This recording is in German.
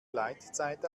gleitzeit